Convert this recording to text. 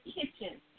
kitchen